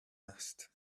asked